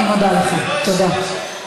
אני מודה לך, תודה.